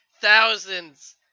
thousands